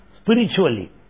spiritually